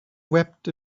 wept